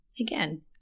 again